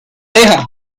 deja